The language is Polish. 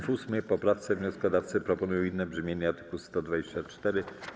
W 8. poprawce wnioskodawcy proponują inne brzmienie art. 124.